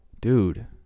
Dude